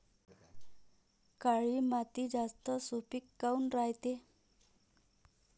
काळी माती जास्त सुपीक काऊन रायते?